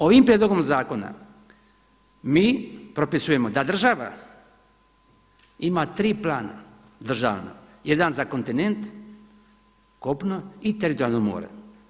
Ovim prijedlogom zakona mi propisujemo da država ima tri plana državna, jedan za kontinent, kopno i teritorijalno more.